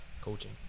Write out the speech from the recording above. coaching